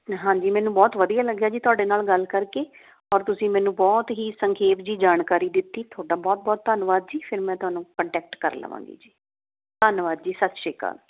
ਹਾਂਜੀ ਮੈਨੂੰ ਬਹੁਤ ਵਧੀਆ ਲੱਗਿਆ ਜੀ ਤੁਹਾਡੇ ਨਾਲ ਗੱਲ ਕਰਕੇ ਔਰ ਤੁਸੀਂ ਮੈਨੂੰ ਬਹੁਤ ਹੀ ਸੰਖੇਪ ਜਿਹੀ ਜਾਣਕਾਰੀ ਦਿੱਤੀ ਤੁਹਾਡਾ ਬਹੁਤ ਬਹੁਤ ਧੰਨਵਾਦ ਜੀ ਫਿਰ ਮੈਂ ਤੁਹਾਨੂੰ ਕੰਟੈਕਟ ਕਰ ਲਵਾਂਗੀ ਜੀ ਧੰਨਵਾਦ ਜੀ ਸਤਿ ਸ਼੍ਰੀ ਅਕਾਲ